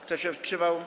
Kto się wstrzymał?